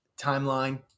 timeline